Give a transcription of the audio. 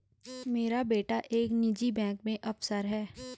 मेरा बेटा एक निजी बैंक में अफसर है